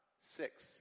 six